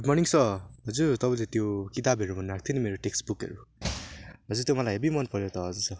good morning स हजुर तपाईँले त्यो किताबहरू भन्नुभएको थियो नि मेरो टेक्स्ट बुकहरू हजुर त्यो मलाई हेभी मन पऱ्यो त हजुर सर